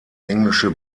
englische